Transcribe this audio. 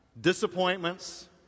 disappointments